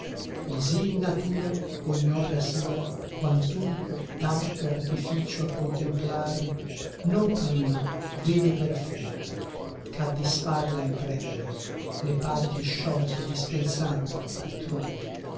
così natura ogni opra sua quantunque d'alto artificio a contemplar non prima vede perfetta ch'a disfarla imprende le parti sciolte dispensando altrove